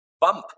bump